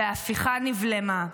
וההפיכה נבלמה.